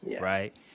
right